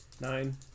Nine